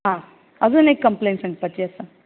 हा अजून एक कम्प्लेन सांगपाची आसा